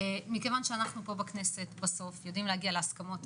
מכיוון שאנחנו פה בכנסת בסוף יודעים להגיע להסכמות,